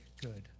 good